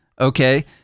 Okay